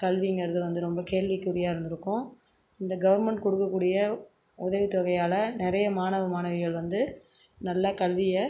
கல்விங்கிறது வந்து ரொம்ப கேள்விக்குறியாக இருந்துருக்கும் இந்த கவர்ன்மெண்ட் கொடுக்கக்கூடிய உதவித் தொகையால் நிறைய மாணவ மாணவிகள் வந்து நல்லா கல்வியை